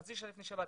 חצי שעה לפני שבת,